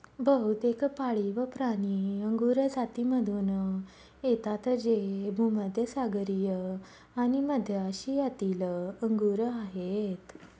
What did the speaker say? बहुतेक पाळीवप्राणी अंगुर जातीमधून येतात जे भूमध्य सागरीय आणि मध्य आशियातील अंगूर आहेत